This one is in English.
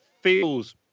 feels